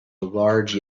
large